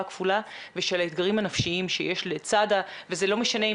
הכפולה ושל האתגרים הנפשיים שיש לצד ה- -- וזה לא משנה אם